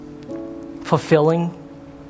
fulfilling